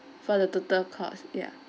for the total cost ya